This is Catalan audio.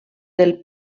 del